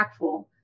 impactful